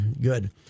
good